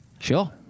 Sure